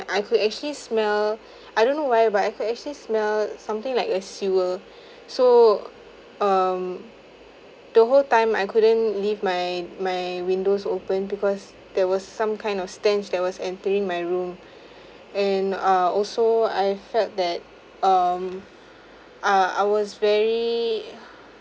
I could actually smell I don't know why but I could actually smelt something like as you were so um the whole time I couldn't leave my my windows open because there was some kind of stance that was entering my room and uh also I felt that um ah I was very